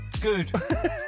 Good